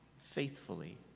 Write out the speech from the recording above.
faithfully